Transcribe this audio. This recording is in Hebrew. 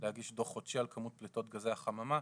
להגיש דו"ח חודשי על כמות פליטות גזי החממה,